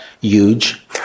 huge